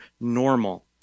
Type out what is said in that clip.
normal